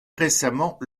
récemment